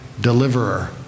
deliverer